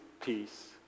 peace